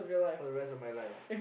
for the rest of my life